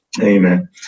Amen